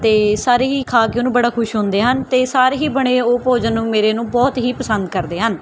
ਅਤੇ ਸਾਰੇ ਹੀ ਖਾ ਕੇ ਉਹਨੂੰ ਬੜਾ ਖੁਸ਼ ਹੁੰਦੇ ਹਨ ਅਤੇ ਸਾਰੇ ਹੀ ਬਣੇ ਉਹ ਭੋਜਨ ਨੂੰ ਮੇਰੇ ਨੂੰ ਬਹੁਤ ਹੀ ਪਸੰਦ ਕਰਦੇ ਹਨ